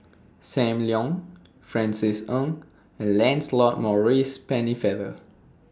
SAM Leong Francis Ng and Lancelot Maurice Pennefather